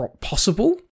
possible